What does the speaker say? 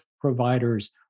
providers